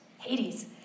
Hades